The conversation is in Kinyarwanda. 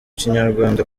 kinyarwanda